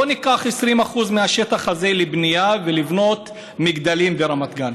בואו ניקח 20% מהשטח הזה לבנייה כדי לבנות מגדלים ברמת גן?